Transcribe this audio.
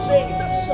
Jesus